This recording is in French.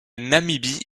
namibie